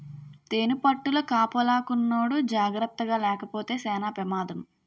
తేనిపట్టుల కాపలాకున్నోడు జాకర్తగాలేపోతే సేన పెమాదం